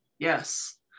Yes